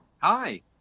Hi